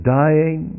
dying